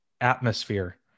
atmosphere